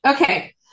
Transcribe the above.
Okay